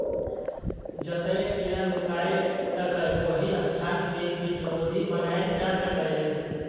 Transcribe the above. जतय कीड़ा नुकाय सकैए, ओहि स्थान कें कीटरोधी बनाएल जा सकैए